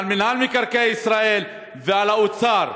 על מינהל מקרקעי ישראל ועל האוצר,